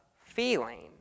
feeling